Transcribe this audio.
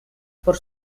por